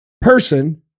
person